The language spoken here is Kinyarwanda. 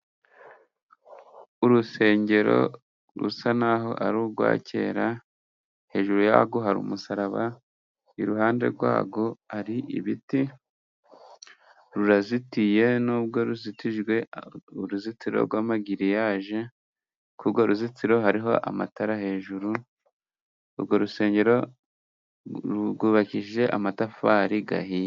Urusengero rusa naho ari urwa kera, hejuru yarwo hari umusaraba. Iruhande yarwo hari ibiti, rurazitiye nubwo ruzitijwe uruzitiro rw'amagiriyaje. Kuri urwo ruzitiro hariho amatara hejuru, urwo rusengero rwubakije amatafari ahiye.